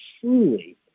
truly